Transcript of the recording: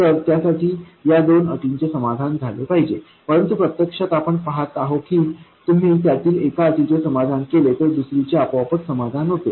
तर त्यासाठी या दोन अटींचे समाधान झाले पाहिजे परंतु प्रत्यक्षात आपण पाहतो की तुम्ही त्यातील एका अटीचे समाधान केले तर दुसरीचे आपोआपच समाधान होते